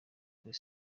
kuri